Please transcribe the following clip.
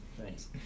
thanks